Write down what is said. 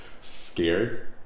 scared